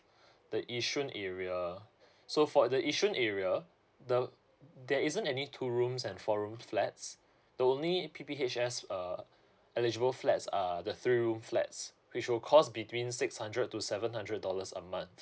the yishun area so for the yishun area the there isn't any two rooms and four room flats the only P_P_H_S uh eligible flats are the three room flats which will cost between six hundred to seven hundred dollars a month